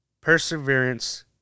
perseverance